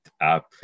app